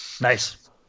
Nice